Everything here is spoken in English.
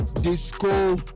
Disco